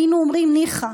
היינו אומרים: ניחא.